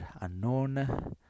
unknown